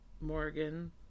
Morgan